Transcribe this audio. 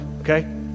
okay